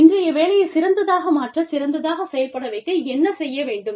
இன்றைய வேலையைச் சிறந்ததாக மாற்ற சிறந்ததாகச் செயல்பட வைக்க என்ன செய்ய வேண்டும்